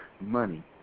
money